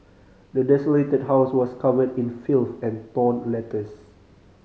the desolated house was covered in filth and torn letters